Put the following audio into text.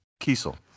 Kiesel